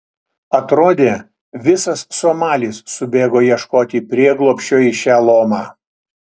atrodė visas somalis subėgo ieškoti prieglobsčio į šią lomą